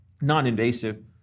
non-invasive